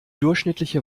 durchschnittliche